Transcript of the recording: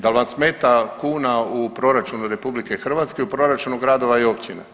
Da li vam smeta kuna u proračunu RH, u proračunu gradova i općina?